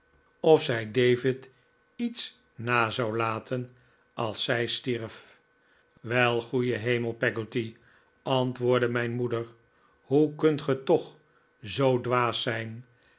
of zij david iets na zou laten als zij stierf wel goede hemel peggotty antwoordde mijn moeder hoe kunt ge toch zoo dwaas zijn